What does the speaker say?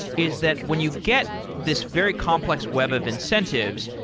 is that when you get this very complex web of incentives,